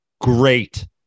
great